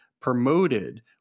promoted